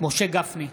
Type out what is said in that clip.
משה גפני,